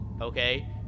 okay